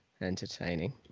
entertaining